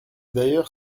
d’ailleurs